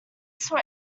saw